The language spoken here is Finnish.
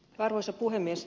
arvoisa puhemies